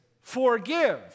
forgive